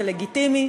זה לגיטימי,